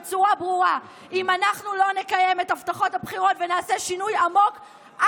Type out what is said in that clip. בצורה ברורה: אם אנחנו לא נקיים את הבטחות הבחירות ונעשה שינוי עמוק,